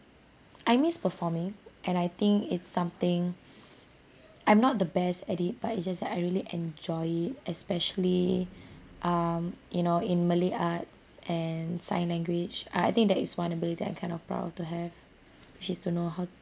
I miss performing and I think it's something I'm not the best at it but it's just that I really enjoy it especially um you know in malay arts and sign language uh I think that is one ability I'm kind of proud to have which is to know how to